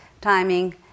timing